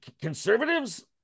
conservatives